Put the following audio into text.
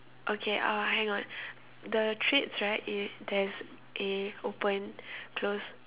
okay uh hang on the treats right if there's a open close